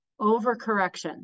overcorrection